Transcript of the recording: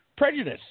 Prejudice